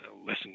listen